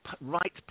right